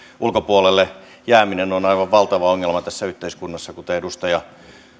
ulkopuolelle jääminen on aivan valtava ongelma tässä yhteiskunnassa kuten edustaja